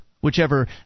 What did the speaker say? whichever